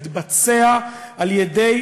התבצע על-ידי